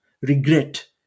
regret